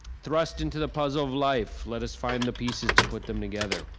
thrust into the puzzle of life, let us find the pieces to put them together.